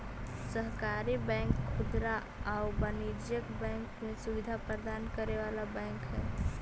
सहकारी बैंक खुदरा आउ वाणिज्यिक बैंकिंग के सुविधा प्रदान करे वाला बैंक हइ